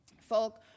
Folk